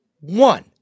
One